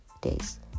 days